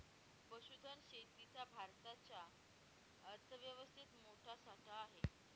पशुधन शेतीचा भारताच्या अर्थव्यवस्थेत मोठा वाटा आहे